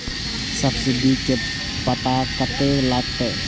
Subsidy के पता कतय से लागत?